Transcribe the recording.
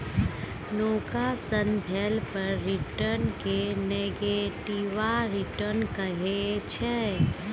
नोकसान भेला पर रिटर्न केँ नेगेटिव रिटर्न कहै छै